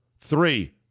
Three